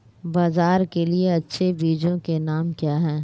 बाजरा के लिए अच्छे बीजों के नाम क्या हैं?